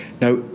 Now